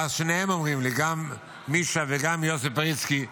ואז שניהם אומרים לי, גם מישה וגם יוסי פריצקי: